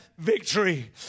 victory